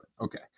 okay